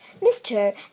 Mr